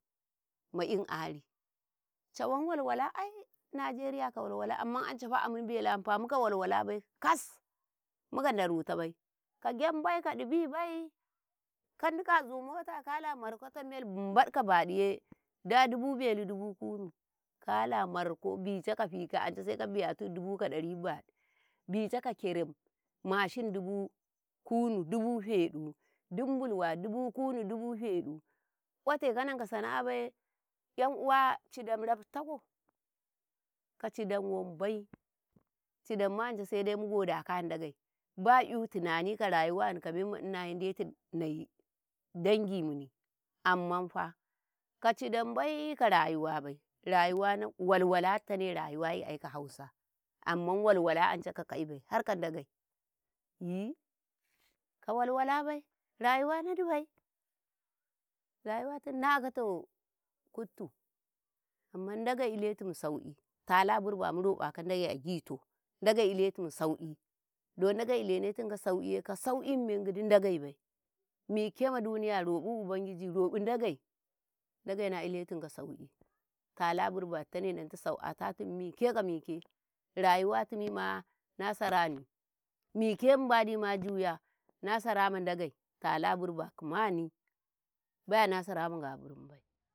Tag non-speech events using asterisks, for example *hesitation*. ma'in ƙari cawan walwala ai Najeriya ka walwala amma ancafa amin belu maka walwalabai kas. muka darutabai ka gyaninba ka dibibai kaika azu mota kala markata mil mbad ka baduye da dubu belu dubu kunu, kala marko bocai ka fika anca sai kabaru dubu ka dari baɗu, bicei ka kirim mashin dubu kunu. dubu fedu, dinbulwa dubu kunu dubu feɗu, ote kananka sana'abaye 'yan uwa cidan rabtakau ka cidan wanbai, cidan ma saidai mugodeka a Ndagai, ba'yu tunani ka rayuwani ka mema Ndagei detu nayi dangi mini ammafa ka cidanbai ka rayuwa bai, rayuwa na walwala tane rayuwayi ai ka hausa amman walwala ance ka kaibai harka Ndagei *hesitation* ka walwalabai rayuwa ba nadibai, rayuwatun na akata kutta amman Ndagei iletum sauki, tala bieba murobaka Ndagei ilenetunka saukiye kasauki mamen giddi Ndegeibai mike ma duniya robu ubangiji robu Ndagei, Ndagei na iletunka sauki tala birba ditane Nnanta saukatatun mike ka mike rayuwati mima nasarani mike mbadi, ma juya, nasarama Ndagei tala birba kimani ba nasara ma Nga birinbai.